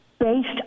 Based